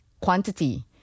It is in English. quantity